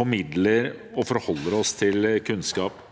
formidler og forholder oss til kunnskap.